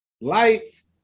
lights